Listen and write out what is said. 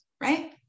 right